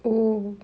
oh